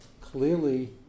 clearly